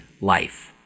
life